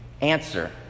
answer